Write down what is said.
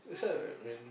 that's why when